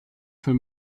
für